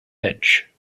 edge